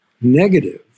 negative